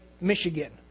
Michigan